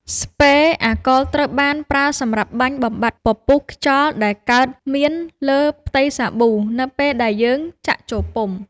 ស្ព្រេ អាកុល ត្រូវបានប្រើសម្រាប់បាញ់បំបាត់ពពុះខ្យល់ដែលកើតមានលើផ្ទៃសាប៊ូនៅពេលដែលយើងចាក់ចូលពុម្ព។